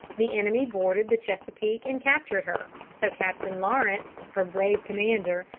the enemy boarded the chesapeake and captured her, so captain lawrence, her brave commander,